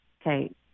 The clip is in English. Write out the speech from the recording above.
Okay